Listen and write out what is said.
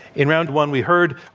in round one, we heard